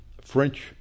French